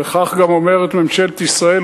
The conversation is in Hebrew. וכך גם אומרת ממשלת ישראל,